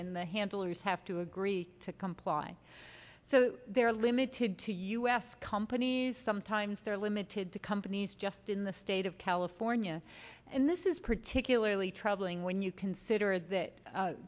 and the handlers have to agree to comply so they're limited to u s companies sometimes they're limited to companies just in the state of california and this is particularly troubling when you consider that